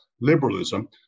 liberalism